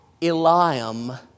Eliam